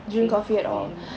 drink coffee anymore ah